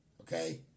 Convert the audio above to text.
Okay